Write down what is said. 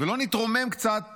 ולא נתרומם קצת ונחפש,